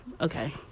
Okay